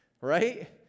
Right